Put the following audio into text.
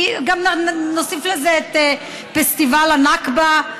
גם נוסיף לזה את פסטיבל הנכבה.